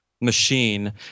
machine